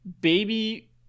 baby